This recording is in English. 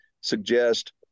suggest